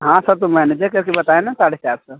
हाँ सर तो मैनेजे करके बताए न साढ़े चार सौ